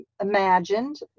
imagined